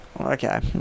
Okay